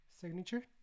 signature